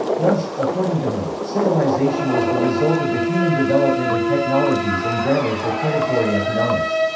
thus, according to her, civilization was the result of the human development of technologies and grammar for predatory economics.